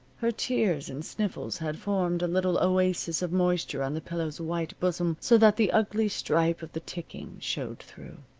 her tears and sniffles had formed a little oasis of moisture on the pillow's white bosom so that the ugly stripe of the ticking showed through.